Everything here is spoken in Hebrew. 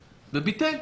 וביטל,